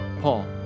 Paul